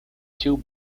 two